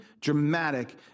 dramatic